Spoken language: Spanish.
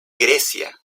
grecia